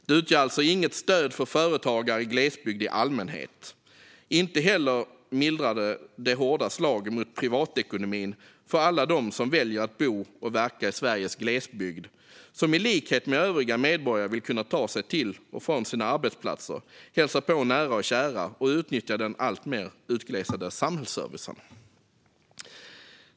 Det utgör alltså inget stöd för företagare i glesbygd i allmänhet. Inte heller mildrar det det hårda slaget mot privatekonomin för alla som väljer att bo och verka i Sveriges glesbygd och som i likhet med övriga medborgare vill kunna ta sig till och från sina arbetsplatser, hälsa på nära och kära och utnyttja den allt mer utglesade samhällsservicen.